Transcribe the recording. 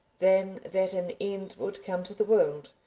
than that an end would come to the world.